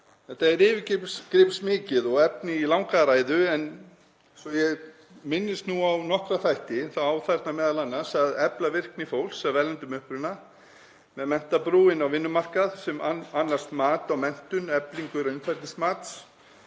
Þetta er yfirgripsmikið og efni í langa ræðu en svo að ég minnist nú á nokkra þætti þá á þarna m.a. að efla virkni fólks af erlendum uppruna með menntabrú inn á vinnumarkað sem annast mat á menntun, eflingu raunfærnimats,